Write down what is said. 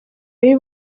ari